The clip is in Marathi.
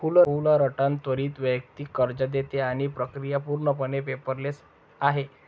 फुलरटन त्वरित वैयक्तिक कर्ज देते आणि प्रक्रिया पूर्णपणे पेपरलेस आहे